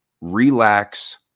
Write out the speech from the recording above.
relax